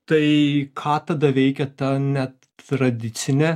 tai ką tada veikia ta netradicinė